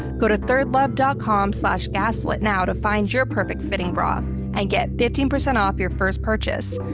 go to third love dot com slash gaslit now to find your perfect fitting bra and get fifteen percent off your first purchase.